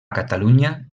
catalunya